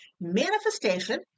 Manifestation